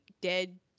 dead